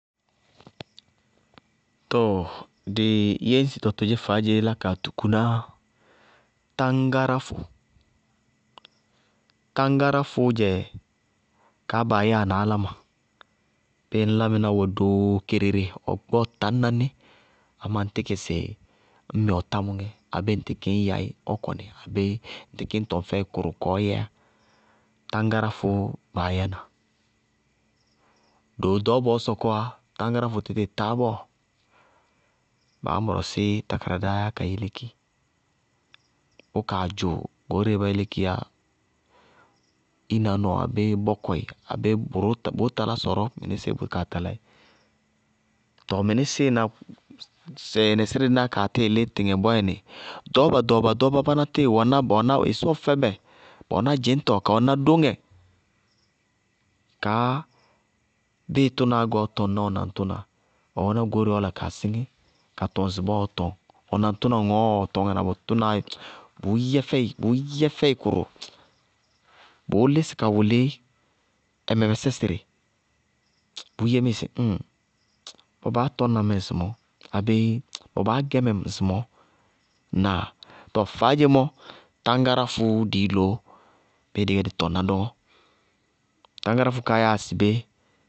Too dɩ yéñsitɔ todzé faádze lá kaa tuku ná táñgáráfʋ, táñgáráfʋʋ dzɛ kaá baa yáana áláma, bíɩ ŋñlámɩná wɛ okerere ɔ gbɔɔ tañ naní amá ŋ tíkɩ sɩ ñ mɩ ɔ támʋŋɛ abéé ŋ tíkɩ sɩ ya í ɔ kɔnɩ abéé ŋ tíkɩ ñ tɔŋ fɛɩ kʋrʋ kɔɔ yɛyá, táñgáráfʋʋ baá yána. Doo ɖɔɔbɔɔ sɔkɔwá, táñgáráfʋ títíɩ táá bɔɔ, baá mɔrɔsí tákáradáá yá ka yéléki, bʋ kaa dzʋ goóreé bá yélékiyá, ina nɔɔ abéé bɔkɔɩ abéé bʋrʋ bʋʋ talá sɔrɔɔ mɩnísíɩ bʋnaa dzʋí. Tɔɔ mɩnísíɩ na nɛsírɛ díná kaa tíɩí tɩtɩŋɛ bɔɔyɛnɩ, ɖɔɔba ɖɔɔba-ɖɔɔbá báná ba tíɩ wɛná ɩsɔɔ fɛbɛ, ba wɛná dzɩñtɔ ka wɛná dóŋɛ, kaá bíɩ tʋnaá gɛ ɔ tɔŋná ɔ naŋtʋna, ɔ wɛná goóreé ɔɔ la kaa síŋí, ka tɔŋ ŋsɩbɔɔ ɔɔ tɔŋ, ɔ naŋtʋna ŋɔɔ ɔɔ tɔñŋána, bʋʋ yɛ fɛɩ kʋrʋ: bʋʋ lísɩ ka wʋlɩí ɛŋɛmɛsɛ sɩrɩ bʋʋ yémíɩ sɩ bawɛ baá tɔñna mɛ ŋsɩmɔɔ, abéé bawɛ baá gɛ mɛ ŋsɩmɔɔɔ, tɔɔ faádzemɔ, ráñgáráfʋʋ dɩí loó bíɩ dɩí gɛ dí tɔŋná dɔñɔ. Táñgáráfʋ ká yáa sɩbé